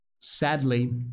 Sadly